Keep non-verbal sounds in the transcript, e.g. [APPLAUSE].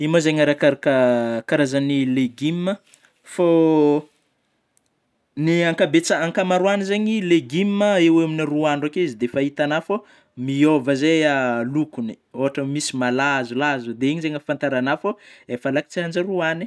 [NOISE] Io môa zeigny arakaraka karazagny legioma, fô [NOISE] ny ankabetsahany ankamaroagny zany, legioma eo amin'ny rôa andro akeo izy dia efa hitanao fô, miôva zay [HESITATION] lokony, ohatra misy malazolazo de igny zeigny ahafantaragnao fô, efa alaky tsy hanjary hoagnigna.